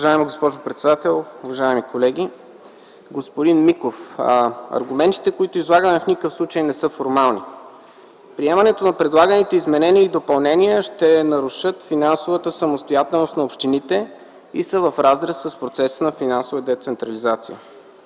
Уважаема госпожо председател, уважаеми колеги, господин Миков. Аргументите, които излагаме, в никакъв случай не са формални. Приемането на предлаганите изменения и допълнения ще нарушат финансовата самостоятелност на общините и са в разрез с процесите на финансова децентрализация.